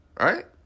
Right